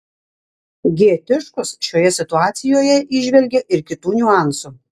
g tiškus šioje situacijoje įžvelgė ir kitų niuansų